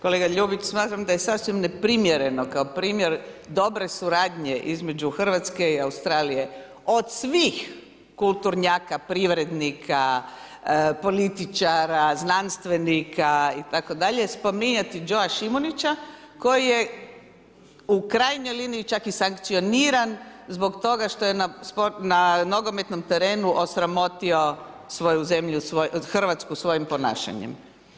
Kolega Ljubić, smatram da je sasvim neprimjereno, kao primjer dobre suradnje između Hrvatske i Australije od svih kulturnjaka, privrednika, političara, znanstvenika itd. spominjati Jo Šimunića, koji je u krajnjoj liniji čak i sankcioniran zbog toga što je na nogometnom terenu osramotio svoju zemlju, Hrvatsku svojim ponašanjem.